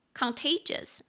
contagious